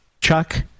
Chuck